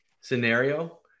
scenario